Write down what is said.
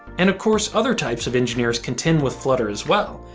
and of course, other types of engineers contend with flutter as well.